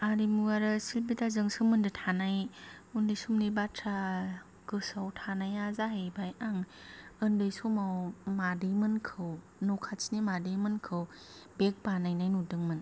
आरिमु आरो सिल्प बिधाजों सोमोनदो थानाय उन्दै समनि बाथ्रा गोसोआव थानाया जाहैबाय आं उन्दै समाव मादै मोनखौ न' खाथिनि मादै मोनखौ बेग बानायनाय नुदोंमोन